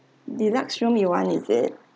deluxe room you want is it